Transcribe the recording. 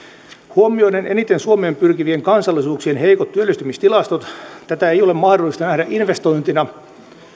huomioiden eniten suomeen pyrkivien kansallisuuksien heikot työllistymistilastot tätä ei ole mahdollista nähdä investointina